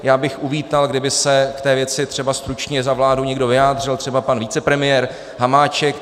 Já bych uvítal, kdyby se té věci třeba stručně za vládu někdo vyjádřil, třeba pan vicepremiér Hamáček.